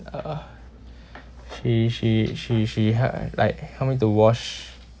uh she she she she hel~ like help me to wash